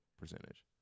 percentage